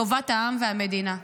טובת העם והמדינה.